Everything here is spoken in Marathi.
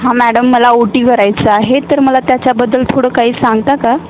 हां मॅडम मला ओ टी करायचं आहे तर मला त्याच्याबद्दल थोडं काही सांगता का